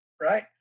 Right